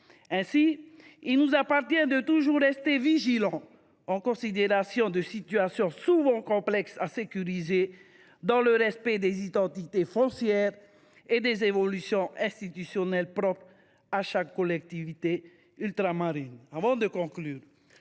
Ainsi, nous devons toujours rester vigilants à l’égard de situations souvent complexes à sécuriser, dans le respect des identités foncières et des évolutions institutionnelles propres à chaque collectivité ultramarine. Pour conclure,